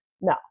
No